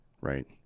right